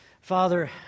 Father